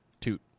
Toot